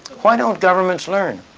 why don't governments learn?